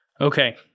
Okay